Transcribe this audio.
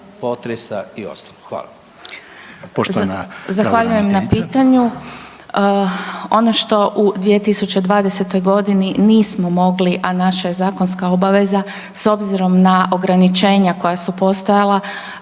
potresa i ostalo. Hvala.